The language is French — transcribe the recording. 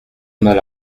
mal